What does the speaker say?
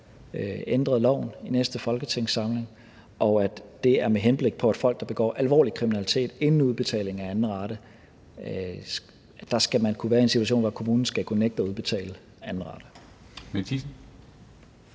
ændret loven i næste folketingssamling, og det er med henblik på, at kommunen, hvis folk begår alvorlig kriminalitet inden udbetalingen af anden rate, skal kunne være i en situation, hvor den kan nægte at udbetale anden rate.